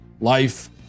life